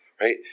right